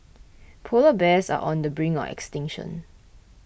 Polar Bears are on the brink of extinction